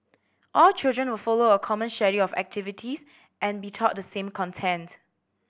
all children will follow a common schedule of activities and be taught the same content